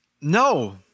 No